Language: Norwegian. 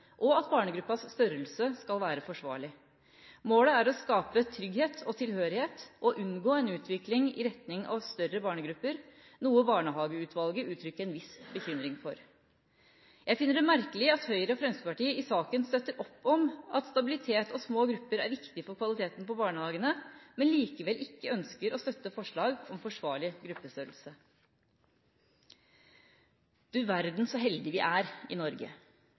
og at barnegruppens størrelse skal være forsvarlig. Målet er å skape trygghet og tilhørighet og å unngå en utvikling i retning av større barnegrupper, noe Barnehageutvalget uttrykte en viss bekymring for. Jeg finner det merkelig at Høyre og Fremskrittspartiet i saken støtter opp om at stabilitet og små grupper er viktig for kvaliteten på barnehagene, men likevel ikke ønsker å støtte forslag om forsvarlig gruppestørrelse. Du verden så heldige vi er i Norge